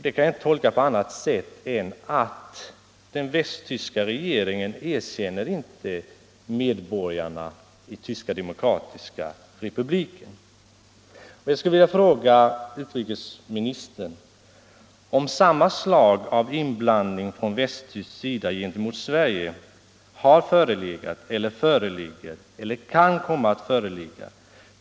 Det kan jag inte tolka på annat sätt än att den västtyska regeringen inte erkänner medborgarna i Tyska demokratiska republiken. Jag skulle vilja fråga utrikesministern om samma slag av inblandning från västtysk sida har förelegat eller föreligger eller kan komma att fö religga gentemot Sverige.